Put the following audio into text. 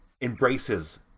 embraces